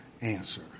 answer